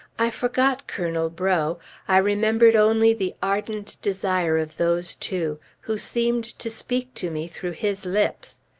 i forgot colonel breaux i remembered only the ardent desire of those two, who seemed to speak to me through his lips.